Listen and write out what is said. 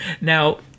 Now